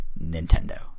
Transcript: Nintendo